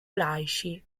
laici